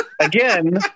again